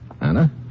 Anna